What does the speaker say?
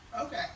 okay